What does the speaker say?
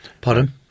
Pardon